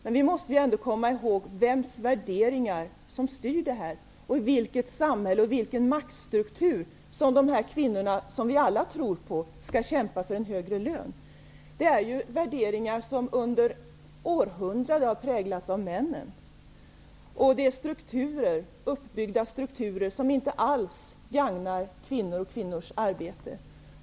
Men vi måste ändå komma ihåg vems värderingar det är som styr och i vilken maktstruktur de här kvinnorna, som vi alla tror på, skall kämpa för en högre lön. Det är ju värderingar som under århundraden har präglats av männen, och det är uppbyggda strukturer som inte alls gagnar kvinnor och kvinnors arbete.